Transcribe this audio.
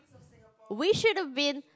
we should've been